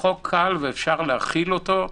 וניתן להחילו.